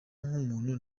nk’umuntu